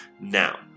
now